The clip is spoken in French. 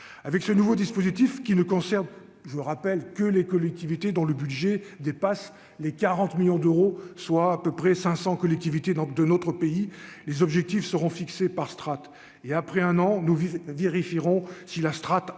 avec ce nouveau dispositif qui ne concernent, je rappelle que les collectivités dont le budget dépasse les 40 millions d'euros, soit à peu près 500 collectivités donc de notre pays, les objectifs seront fixés par strates et après un an, nous si la strate a atteint